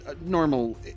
Normal